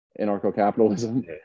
anarcho-capitalism